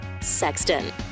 Sexton